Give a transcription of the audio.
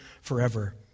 forever